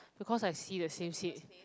because I see the same seat